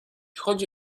chodzi